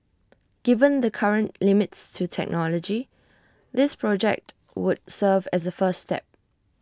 given the current limits to technology this project would serve as A first step